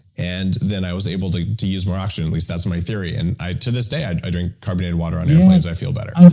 and then i was able to to use more oxygen, at least that's my theory. and to this day i i drink carbonated water on airplanes, i feel better.